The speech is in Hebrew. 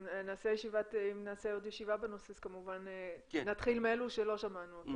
אם נעשה עוד ישיבה בנושא אז כמובן נתחיל מאלה שלא שמענו.